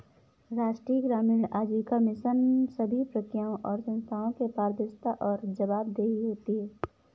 राष्ट्रीय ग्रामीण आजीविका मिशन सभी प्रक्रियाओं और संस्थानों की पारदर्शिता और जवाबदेही होती है